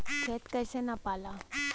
खेत कैसे नपाला?